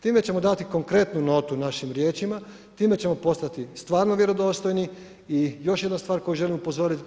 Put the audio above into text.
Time ćemo dati konkretnu notu našim riječima, time ćemo postati stvarno vjerodostojni i još jedna stvar koji želim upozoriti.